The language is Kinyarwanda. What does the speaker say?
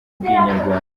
inyarwanda